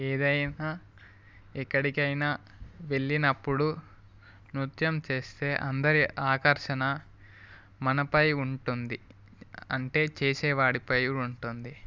ఏదైనా ఎక్కడికైనా వెళ్ళినప్పుడు నృత్యం చేస్తే అందరి ఆకర్షణ మనపై ఉంటుంది అంటే చేసే వాడిపై ఉంటుంది